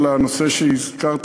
על הנושא שהזכרת,